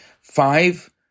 five